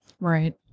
Right